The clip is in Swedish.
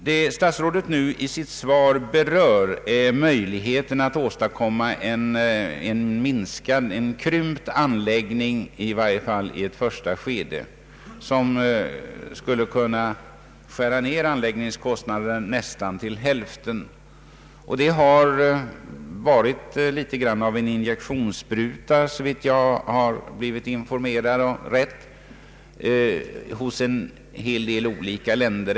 Statsrådet berörde nu i sitt svar möjligheten att åstadkomma en i varje fall i ett första skede krympt anläggning, varigenom anläggningskostnaden skulle kunna skäras ned nästan till hälften. Detta förslag har på en del länder verkat nästan som en upplivande injektionsspruta, såvitt jag blivit rätt informerad.